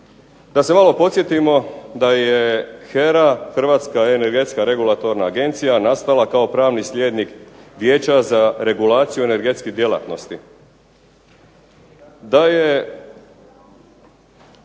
Da se malo podsjetimo da je HERA, Hrvatska energetska regulatorna agencija nastala kao pravni sljednik Vijeća za regulaciju energetskih djelatnosti, da je